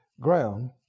ground